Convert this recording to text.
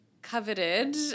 coveted